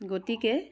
গতিকে